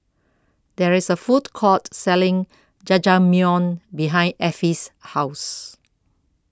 There IS A Food Court Selling Jajangmyeon behind Effie's House